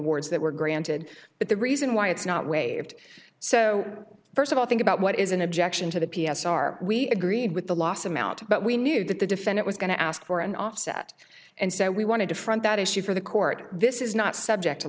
awards that were granted but the reason why it's not waived so first of all think about what is an objection to the p s r we agreed with the loss amount but we knew that the defend it was going to ask for an offset and so we wanted to front that issue for the court this is not subject to